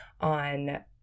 on